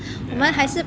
ya